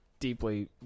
Deeply